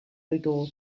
ditugu